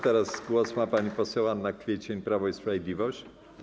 Teraz głos ma pani poseł Anna Kwiecień, Prawo i Sprawiedliwość.